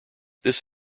this